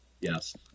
Yes